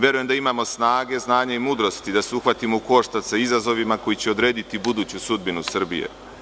Verujem da imamo snage, znanja i mudrosti da se uhvatimo u koštac sa izazovima koji će odrediti buduću sudbinu Srbije.